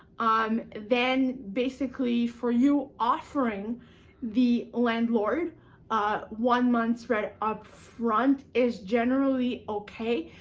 um then basically for you offering the landlord one month's rent up front is generally okay.